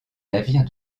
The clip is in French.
navire